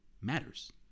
matters